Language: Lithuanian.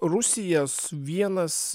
rusijos vienas